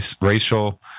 racial